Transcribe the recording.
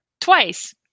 Twice